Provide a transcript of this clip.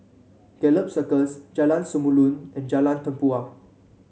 Gallop Circus Jalan Samulun and Jalan Tempua